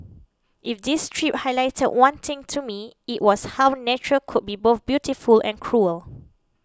if this trip highlighted one thing to me it was how nature could be both beautiful and cruel